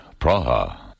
Praha